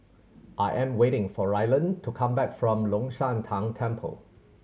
I am waiting for Ryland to come back from Long Shan Tang Temple